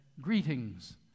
Greetings